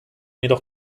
jedoch